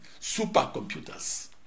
supercomputers